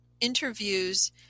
interviews